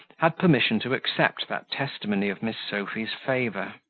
had permission to accept that testimony of miss sophy's favour.